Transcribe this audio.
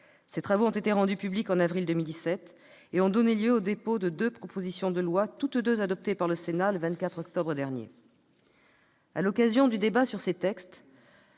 Ces travaux ont été rendus publics en avril 2017, et ont donné lieu au dépôt de deux propositions de loi, toutes deux adoptées par le Sénat le 24 octobre dernier. À l'occasion du débat sur ces textes,